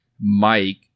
Mike